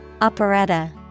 Operetta